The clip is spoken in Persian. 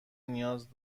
نیاز